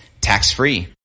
tax-free